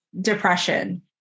depression